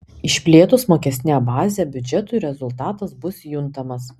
išplėtus mokestinę bazę biudžetui rezultatas bus juntamas